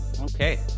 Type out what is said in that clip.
Okay